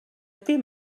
dim